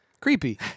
creepy